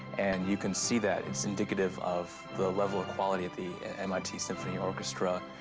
and you can see that it's indicative of the level of quality of the mit symphony orchestra,